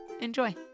Enjoy